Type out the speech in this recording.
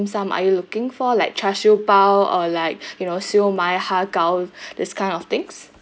sum are you looking for like char siew bao or like you know siew mai har gow this kind of things